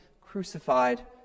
crucified